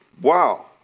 Wow